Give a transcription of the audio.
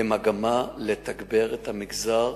במגמה לתגבר את המגזר,